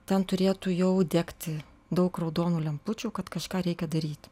ten turėtų jau degti daug raudonų lempučių kad kažką reikia daryt